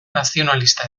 nazionalista